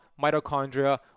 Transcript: mitochondria